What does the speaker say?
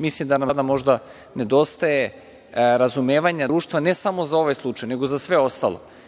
Mislim da nam sada možda nedostaje razumevanja društva, ne samo za ovaj slučaj nego za sve ostalo. Mi